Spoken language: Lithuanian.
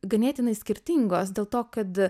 ganėtinai skirtingos dėl to kad